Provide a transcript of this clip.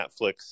netflix